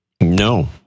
No